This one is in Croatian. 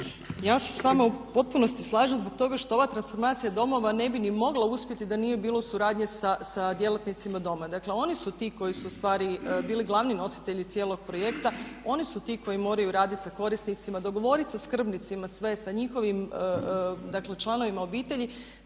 Ja se s vama u potpunosti slažem zbog toga što ova transformacija domova ne bi ni mogla uspjeti da nije bilo suradnje sa djelatnicima doma. Dakle, oni su ti koji su ustvari bili glavni nositelji cijelog projekta, oni su ti koji moraju raditi sa korisnicima, dogovoriti se sa skrbnicima sve, sa njihovim dakle članovima obitelji.